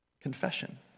Confession